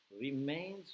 remains